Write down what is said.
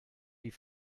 die